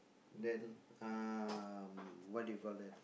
then um what do you call that